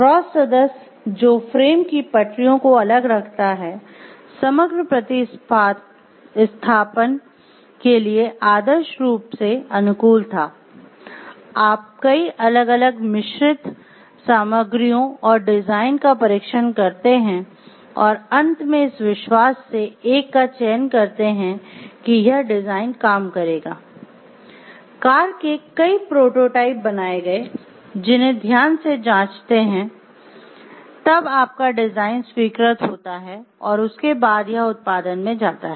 cross सदस्य बनाए गए जिन्हें ध्यान से जांचते हैं तब आपका डिज़ाइन स्वीकृत होता है और उसके बाद यह उत्पादन में जाता है